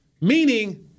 Meaning